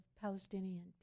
Palestinian